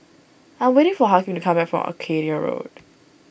I'm waiting for Hakeem to come back from Arcadia Road